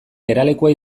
geralekua